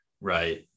right